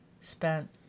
spent